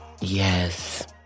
Yes